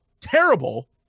terrible